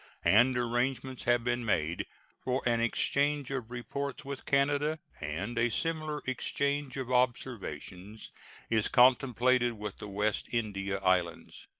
and arrangements have been made for an exchange of reports with canada, and a similar exchange of observations is contemplated with the west india islands.